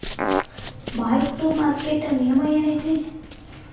mark to market ನಿಯಮ ಏನೈತಿ